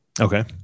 okay